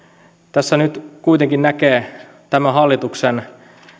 tässä nyt kuitenkin näkee tämän hallituksen